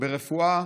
ברפואה,